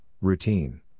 routine